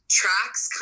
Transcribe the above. tracks